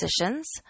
positions